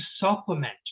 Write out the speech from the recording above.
supplement